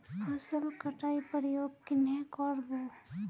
फसल कटाई प्रयोग कन्हे कर बो?